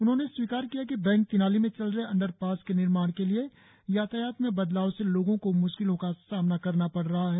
उन्होंने स्वीकार किया कि बैंक तिनाली में चल रहे अंडरपास के निर्माण के लिए यातायात में बदलाव से लोगों को मुश्किलों का सामना करना पड़ रहा है